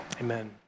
Amen